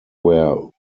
were